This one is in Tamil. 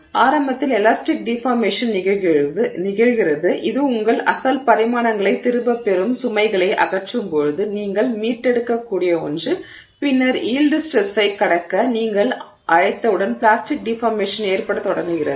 ஆரம்பத்தில் எலாஸ்டிக் டிஃபார்மேஷன் நிகழ்கிறது இது உங்கள் அசல் பரிமாணங்களைத் திரும்பப் பெறும் சுமைகளை அகற்றும்போது நீங்கள் மீட்டெடுக்கக்கூடிய ஒன்று பின்னர் யீல்டு ஸ்ட்ரெஸ்ஸைக் கடக்க நீங்கள் அழைத்தவுடன் பிளாஸ்டிக் டிஃபார்மேஷன் ஏற்படத் தொடங்குகிறது